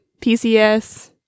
PCS